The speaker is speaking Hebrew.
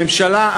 הממשלה,